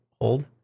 hold